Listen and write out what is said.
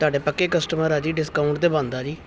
ਤੁਹਾਡੇ ਪੱਕੇ ਕਸਟਮਰ ਹਾਂ ਜੀ ਡਿਸਕਾਊਂਟ ਤਾਂ ਬਣਦਾ ਜੀ